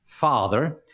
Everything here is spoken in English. Father